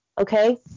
okay